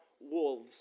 wolves